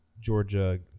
Georgia